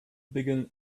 begin